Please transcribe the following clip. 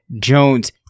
Jones